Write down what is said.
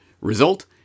Result